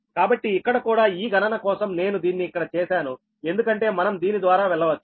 కాబట్టి ఇక్కడ కూడా ఈ గణన కోసం నేను దీన్ని ఇక్కడ చేసాను ఎందుకంటే మనం దీని ద్వారా వెళ్ళవచ్చు